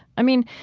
i mean,